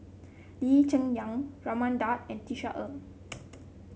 Lee Cheng Yan Raman Daud and Tisa Ng